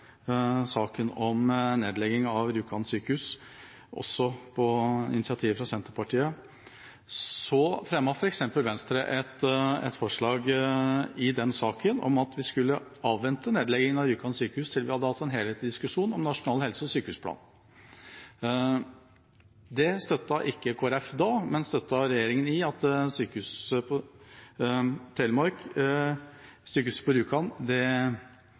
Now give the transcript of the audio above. saken om nedlegging av Rjukan sykehus – også på initiativ fra Senterpartiet – fremmet f.eks. Venstre et forslag i den saken om at man skulle avvente nedlegging av Rjukan sykehus til vi hadde hatt en helhetlig diskusjon om Nasjonal helse- og sykehusplan. Det støttet ikke Kristelig Folkeparti da, men valgte å støtte regjeringa og bekrefte statsrådens avvikling av sykehuset på